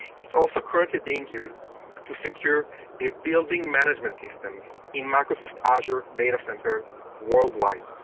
it's also currently being used to secure the building management systems in microsoft azure datacenters worldwide.